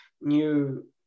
new